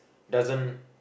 doesn't